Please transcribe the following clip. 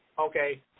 Okay